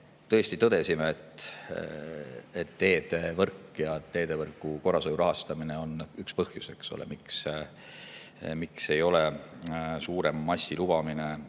tõesti tõdesime, et teedevõrk ja teedevõrgu korrashoiu [vähene] rahastamine on üks põhjus, miks ei ole suurema massi lubamine